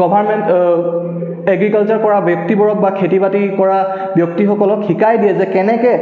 government agriculture কৰা ব্যক্তিবোৰক বা খেতি বাতি কৰা ব্যক্তিসকলক শিকাই দিয়ে যে কেনেকৈ